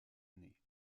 année